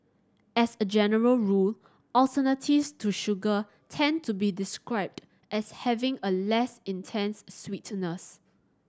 as a general rule alternatives to sugar tend to be described as having a less intense sweetness